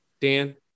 Dan